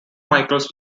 michaels